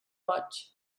boig